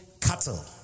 cattle